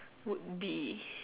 would be